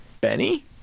Benny